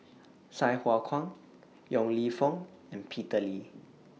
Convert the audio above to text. Sai Hua Kuan Yong Lew Foong and Peter Lee